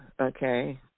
Okay